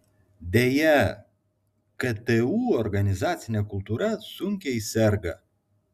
deja ktu organizacinė kultūra sunkiai serga